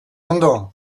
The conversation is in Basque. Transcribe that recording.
ondo